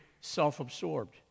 self-absorbed